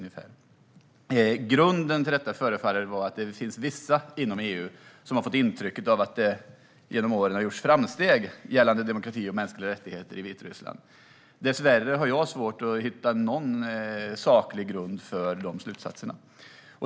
Grunden till detta förefaller vara att det finns vissa inom EU som har fått intrycket att det genom åren gjorts framsteg gällande demokrati och mänskliga rättigheter i Vitryssland. Dessvärre har jag svårt att hitta någon saklig grund för de slutsatserna.